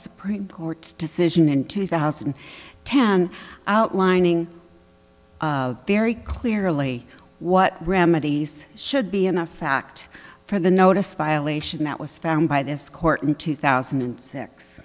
supreme court's decision in two thousand and ten outlining very clearly what remedies should be in a fact for the notice violation that was found by this court in two thousand and six